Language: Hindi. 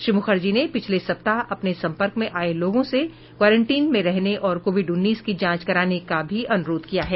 श्री मुखर्जी ने पिछले सप्ताह अपने संपर्क में आये लोगों से क्वारंटीन में रहने और कोविड उन्नीस की जांच कराने का भी अन्रोध किया है